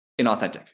inauthentic